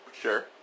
Sure